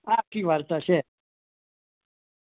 આખી વાર્તા છે